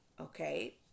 okay